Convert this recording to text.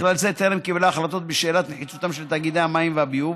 ובכלל זה טרם קיבלה החלטות בשאלת נחיצותם של תאגידי המים והביוב,